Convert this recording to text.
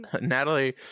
Natalie